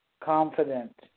confident